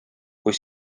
kui